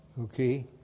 Okay